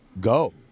Go